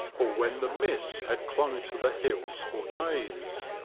or when the mists had clung to the hills for days.